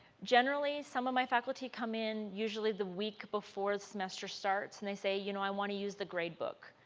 generally some of my faculty come in usually the week before the semester starts and they say you know i want to use the grade book.